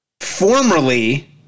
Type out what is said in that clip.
Formerly